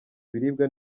ibiribwa